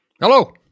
Hello